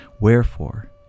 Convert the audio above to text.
wherefore